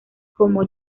como